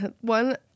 one